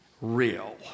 real